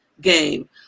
game